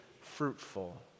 fruitful